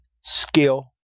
skill